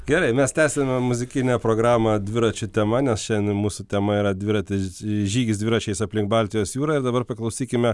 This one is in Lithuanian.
gerai mes tęsiame muzikinę programą dviračių tema nes šiandien mūsų tema yra dviratis žygis dviračiais aplink baltijos jūrą ir dabar paklausykime